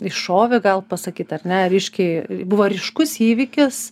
iššovė gal pasakyt a ryškiai buvo ryškus įvykis